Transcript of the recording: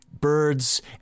birds